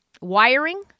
wiring